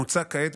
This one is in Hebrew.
מוצע כעת,